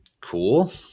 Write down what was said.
cool